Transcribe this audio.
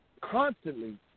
constantly